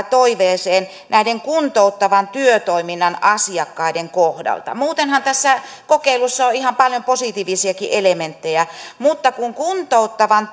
toiveeseen näiden kuntouttavan työtoiminnan asiakkaiden kohdalta muutenhan tässä kokeilussa on ihan paljon positiivisiakin elementtejä mutta kun kuntouttavan